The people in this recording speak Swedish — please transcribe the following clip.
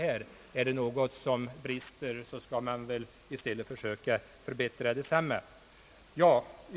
Är det något som brister, skall man väl försöka förbättra kurserna.